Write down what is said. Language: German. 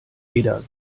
jeder